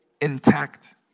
intact